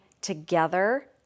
together